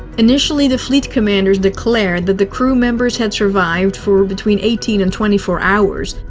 initially, the fleet commanders declared the the crew members had survived for between eighteen and twenty four hours.